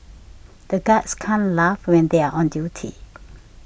the guards can't laugh when they are on duty